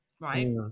right